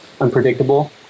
unpredictable